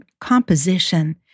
composition